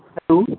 hello